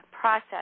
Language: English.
process